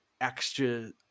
Extra